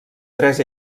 tres